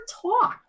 talk